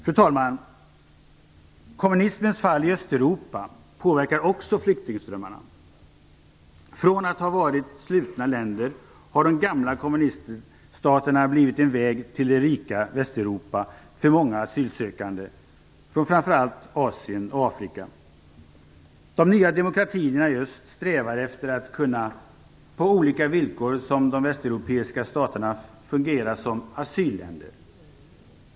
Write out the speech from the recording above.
Fru talman! Kommunismens fall i Östeuropa påverkar också flyktingströmmarna. Från att ha varit slutna länder har de gamla kommuniststaterna blivit en väg till det rika Västeuropa för många asylsökande från framför allt Asien och Afrika. De nya demokratierna i öst strävar efter att på olika villkor kunna fungera som asylländer.